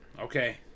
okay